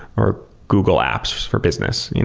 or google apps for business,